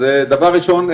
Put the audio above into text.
אז דבר ראשון,